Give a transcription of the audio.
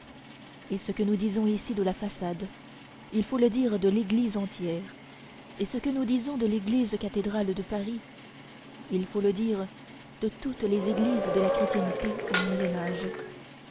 et ce que nous disons ici de la façade il faut le dire de l'église entière et ce que nous disons de l'église cathédrale de paris il faut le dire de toutes les églises de la chrétienté au